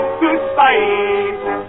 goodbye